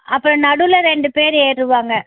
அப்போ நடுவில் ரெண்டு பேர் ஏறுவாங்க